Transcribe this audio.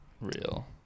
real